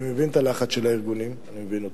אני מבין את הלחץ של הארגונים, אני מבין אותו.